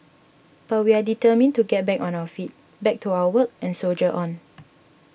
but we are determined to get back on our feet back to our work and soldier on